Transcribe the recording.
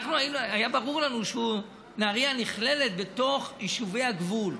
היה ברור לנו שנהריה נכללת בתוך יישובי הגבול,